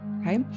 okay